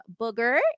Booger